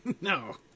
No